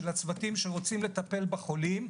של הצוותים שרוצים לטפל בחולים,